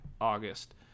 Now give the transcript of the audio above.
August